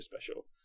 special